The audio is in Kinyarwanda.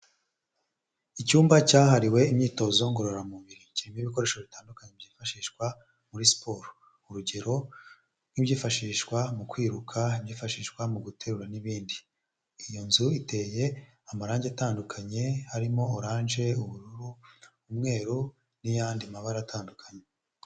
Icyumba cyahariwe imyitozo ngororamubiri kirimo ibikoresho bitandukanye byifashishwa muri siporo, urugero nk'ibyifashishwa mu kwiruka, ibyifashishwa mu guterura n'ibindi; iyo nzu iteye amarangi atandukanye harimo oranje, ubururu, umweru n'iyandi mabara atandukanye.